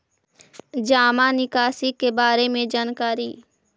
जामा निकासी के बारे में जानकारी?